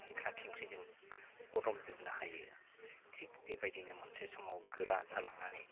खेंख्रा खेंख्रि जों फदमजोबनो हायो थिख बेबायदिनो मोनसे समाव गोरा जालांनानै